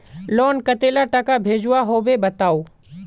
Loan कतला टाका भेजुआ होबे बताउ?